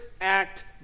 act